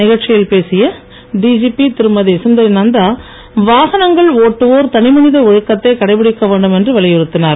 நிகழ்ச்சியில் பேசிய டிஜிபி திருமதி சுந்தரி நந்தா வாகனங்கள் ஓட்டுவோர் தனிமனித ஒழுக்கத்தை கடைபிடிக்க வேண்டும் என்று வலியுறுத்தினார்